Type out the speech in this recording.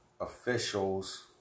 officials